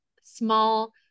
small